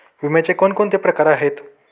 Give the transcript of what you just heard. विम्याचे कोणकोणते प्रकार आहेत?